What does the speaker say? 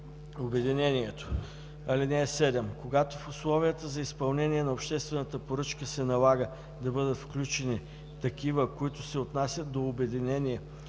обединението.